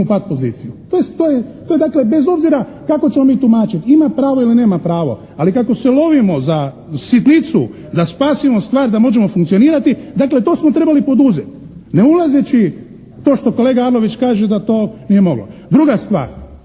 u pat poziciju. To je dakle bez obzira kako ćemo mi tumačiti, ima pravo ili nema pravo, ali kako se lovimo za sitnicu da spasimo stvar da možemo funkcionirati, dakle to smo trebali poduzeti ne ulazeći to što kolega Arlović kaže da to nije moglo. Druga stvar,